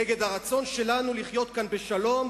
נגד הרצון שלנו לחיות כאן בשלום,